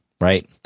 right